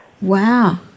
Wow